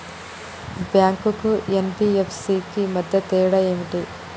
Bank కు NBFC కు మధ్య తేడా ఏమిటి?